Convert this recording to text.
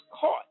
caught